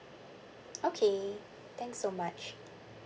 okay thanks so much